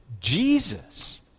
Jesus